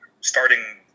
starting